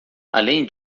além